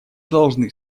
должны